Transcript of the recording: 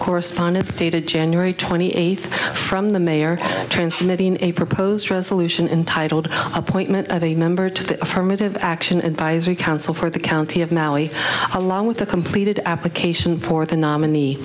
correspondence dated january twenty eighth from the mayor transmitting a proposed resolution entitled appointment of a member to the affirmative action advisory council for the county of mally along with the completed application for the nominee